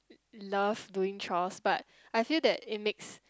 love doing chores but I feel that it makes